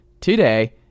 today